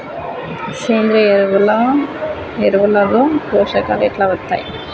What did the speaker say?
సేంద్రీయ ఎరువుల లో పోషకాలు ఎట్లా వత్తయ్?